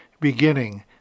beginning